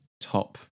top